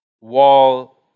Wall